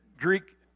Greek